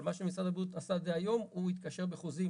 אבל מה שמשרד הבריאות עשה דהיום הוא התקשר בחוזים,